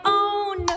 own